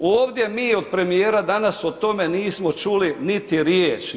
Ovdje mi od premijer danas o tome nismo čuli niti riječi.